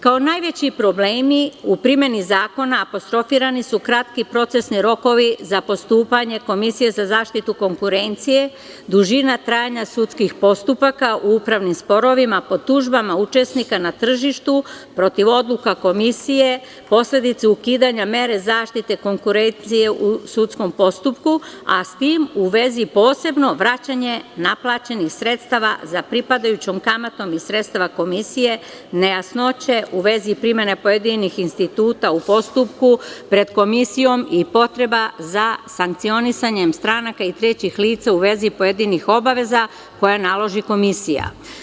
Kao najveći problemi u primeni zakona apostrofirani su kratki procesni rokovi za postupanje Komisije za zaštitu konkurencije, dužina trajanja sudskih postupaka u upravnim sporovima po tužbama učesnika na tržištu protiv odluka Komisije, posledice ukidanja mere zaštite konkurencije u sudskom postupku, a s tim u vezi posebno vraćanje naplaćenih sredstava za pripadajućom kamatom i sredstava Komisije, nejasnoće u vezi primene pojedinih instituta u postupku pred Komisijom i potreba za sankcionisanjem stranaka i trećih lica u vezi pojedinih obaveza koje naloži komisija.